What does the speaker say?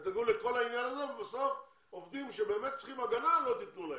תדאגו לכל העניין הזה ובסוף עובדים שבאמת צריכים הגנה לא תיתנו להם,